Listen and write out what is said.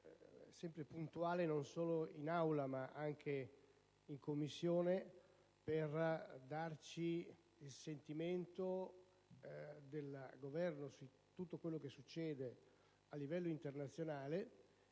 sempre puntuale non solo in Aula ma anche in Commissione per darci il sentimento del Governo su tutto quello che succede a livello internazionale,